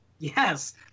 Yes